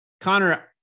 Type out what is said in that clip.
Connor